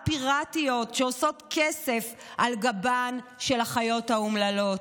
פיראטיות שעושות כסף על גבן של החיות האומללות.